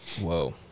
Whoa